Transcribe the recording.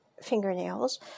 fingernails